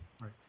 Right